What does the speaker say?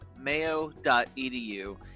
mayo.edu